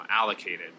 allocated